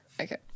Okay